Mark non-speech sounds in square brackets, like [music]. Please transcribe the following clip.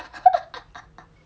[laughs]